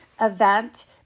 event